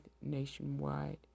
nationwide